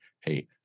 hey